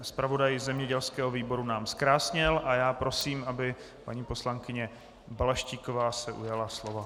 Zpravodaj zemědělského výboru nám zkrásněl a já prosím, aby paní poslankyně Balaštíková se ujala slova.